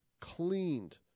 cleaned